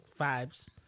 vibes